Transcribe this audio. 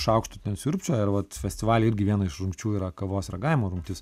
šaukštu ten siurbčioja ir vat festivaly irgi viena iš rungčių yra kavos ragavimo rungtis